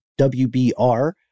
WBR